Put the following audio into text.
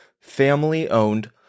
family-owned